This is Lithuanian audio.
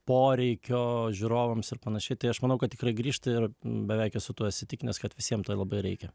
poreikio žiūrovams ir panašiai tai aš manau kad tikrai grįžta ir beveik esu tuo įsitikinęs kad visiem to labai reikia